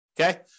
Okay